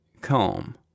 calm